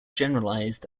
generalized